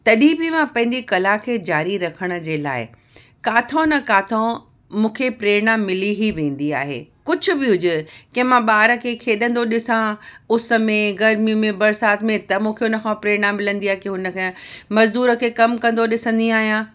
तॾहिं बी मां पैंजी कला खे ज़ारी रखण जे लाइ किथां न किथां मूंखे प्रेरणा मिली ई वेंदी आहे कुझ बि हुजे कंहिं मां ॿार खे खेॾंदो ॾिसां उस में गर्मी में बरिसात में त मूंखे उन खां प्रेरणा मिलंदी आहे की उन खे मज़दूर खे कमु कंदो ॾिसंदी आहियां